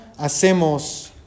hacemos